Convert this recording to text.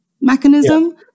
mechanism